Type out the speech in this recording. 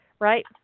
right